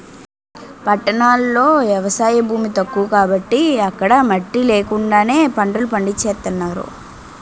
పట్టణాల్లో ఎవసాయ భూమి తక్కువ కాబట్టి అక్కడ మట్టి నేకండానే పంటలు పండించేత్తన్నారు